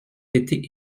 été